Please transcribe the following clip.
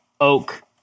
Oak